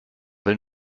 will